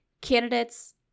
candidates